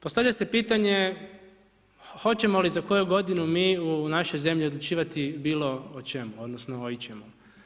Postavlja se pitanje hoćemo li za koju godinu mi u našoj zemlji odlučivati bilo o čemu, odnosno o ičemu?